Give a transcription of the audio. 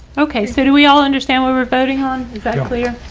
okay, so do we all understand what we're voting on? is that clear?